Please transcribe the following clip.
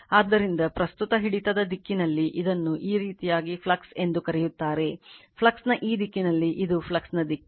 ಆದ್ದರಿಂದ ಪ್ರಸ್ತುತ ಹಿಡಿತದ ದಿಕ್ಕಿನಲ್ಲಿ ಇದನ್ನು ಈ ರೀತಿಯಾಗಿ ಫ್ಲಕ್ಸ್ ಎಂದು ಕರೆಯುತ್ತಾರೆ ಫ್ಲಕ್ಸ್ನ ಈ ದಿಕ್ಕಿನಲ್ಲಿ ಇದು ಫ್ಲಕ್ಸ್ನ ದಿಕ್ಕು